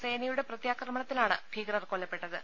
സേനയുടെ പ്രത്യാക്രമണ ത്തിലാണ് ഭീകരർ കൊല്ലപ്പെട്ടത്